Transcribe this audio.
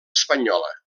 espanyola